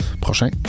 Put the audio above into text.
prochain